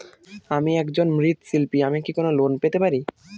আমি একজন মৃৎ শিল্পী আমি কি কোন লোন পেতে পারি?